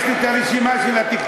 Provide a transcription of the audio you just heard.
יש לי הרשימה של התקצוב.